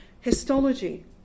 Histology